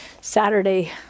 Saturday